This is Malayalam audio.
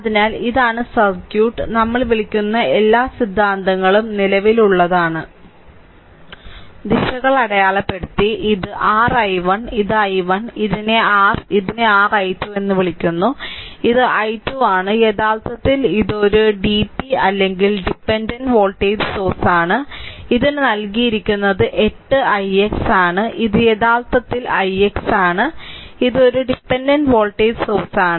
അതിനാൽ ഇതാണ് സർക്യൂട്ട് നമ്മൾ വിളിക്കുന്ന എല്ലാ സിദ്ധാന്തങ്ങളും നിലവിലുള്ളതാണ് ദിശകൾ അടയാളപ്പെടുത്തി ഇത് r i1 ഇതാണ് i1 ഇതിനെ r ഇതിനെ r i2 എന്ന് വിളിക്കുന്നു ഇത് i2 ആണ് യഥാർത്ഥത്തിൽ ഇത് ഒരു ഡിപി അല്ലെങ്കിൽ ഡിപെൻഡന്റ് വോൾട്ടേജ് സോഴ്സാണ് ഇതിന് നൽകിയിരിക്കുന്നത് 8 ix ആണ് ഇത് യഥാർത്ഥത്തിൽ ix ആണ് ഇത് ഒരു ഡിപെൻഡന്റ് വോൾട്ടേജ് സോഴ്സാണ്